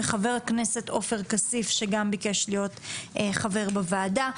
וחבר הכנסת עופר כסיף, שגם ביקש להיות חבר בוועדה.